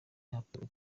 hatowe